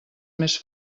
més